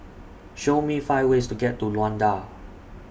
Show Me five ways to get to Luanda